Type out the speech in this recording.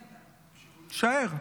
שער.